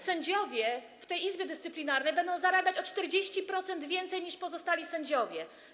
Sędziowie w tej Izbie Dyscyplinarnej będą zarabiać o 40% więcej niż pozostali sędziowie.